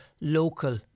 local